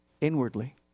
Inwardly